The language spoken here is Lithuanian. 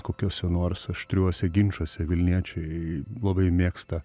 kokiuose nors aštriuose ginčuose vilniečiai labai mėgsta